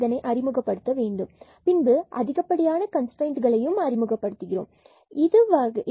இதை அறிமுகப்படுத்த வேண்டும் எனவே பின்பு அதிகப்படியான கன்ஸ்ட்ரைன்ட் ஆக்சிலரி ஃபங்க்ஷன்